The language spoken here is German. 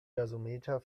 gasometer